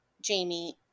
Jamie